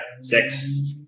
six